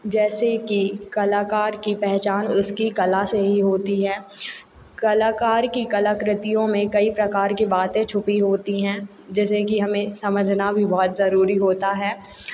जैसे कि कलाकार की पहचान उसकी कला से ही होती है कलाकार की कलाकृतियों में कई प्रकार की बातें छुपी होती है जैसे कि हमें समझना भी बहुत जरूरी होता है